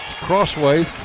Crossway